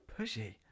pushy